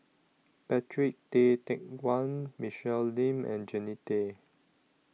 Patrick Tay Teck Guan Michelle Lim and Jannie Tay